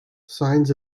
signs